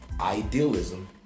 Idealism